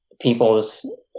peoples